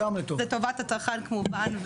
זו טובת הצרכן כמובן,